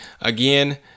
Again